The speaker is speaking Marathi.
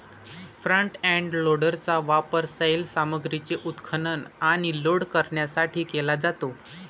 फ्रंट एंड लोडरचा वापर सैल सामग्रीचे उत्खनन आणि लोड करण्यासाठी केला जातो